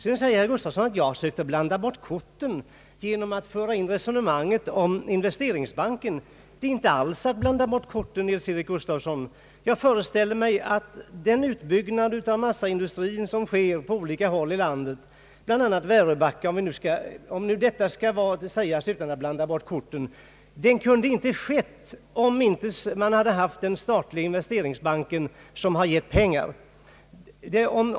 Herr Gustafsson säger att jag har försökt blanda bort korten genom att föra in resonemanget om Investeringsbanken. Det är inte alls att blanda bort korten, herr Nils-Eric Gustafsson. Jag föreställer mig att den utbyggnad av massaindustrin som sker på olika håll i landet, bl.a. i Väröbacka — om detta kan sägas utan att blanda bort korten — inte varit möjlig om man inte haft en statlig investeringsbank som gett pengar.